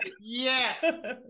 yes